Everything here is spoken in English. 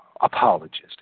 apologist